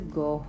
go